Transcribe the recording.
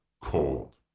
Cold